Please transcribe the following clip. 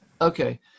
Okay